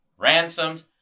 ransomed